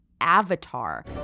avatar